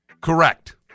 Correct